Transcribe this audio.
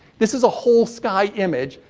this is a whole sky image.